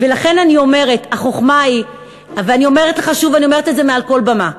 אני אומרת לך שוב, ואני אומרת את זה מעל כל במה,